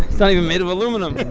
it's not even made of aluminum!